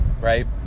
right